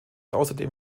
außerdem